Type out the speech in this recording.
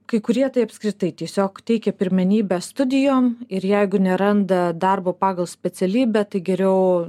kai kurie tai apskritai tiesiog teikia pirmenybę studijom ir jeigu neranda darbo pagal specialybę tai geriau